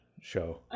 Show